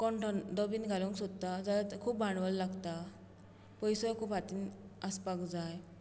कोण धंदो बीन घालूंक सोदता जाल्यार खूब भांडवल लागता पयसोय खूब हातींत आसपाक जाय